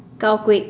cow quick